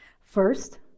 First